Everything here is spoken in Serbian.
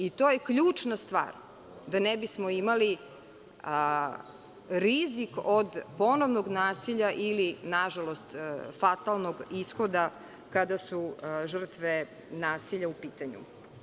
I to je ključna stvar, da ne bismo imali rizik od ponovnog nasilja ili nažalost fatalnog ishoda kada su žrtve nasilja u pitanju.